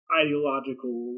ideological